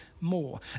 more